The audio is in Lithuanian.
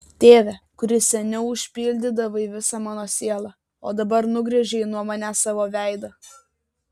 tėve kuris seniau užpildydavai visą mano sielą o dabar nugręžei nuo manęs savo veidą